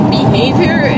behavior